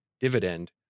dividend